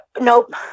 Nope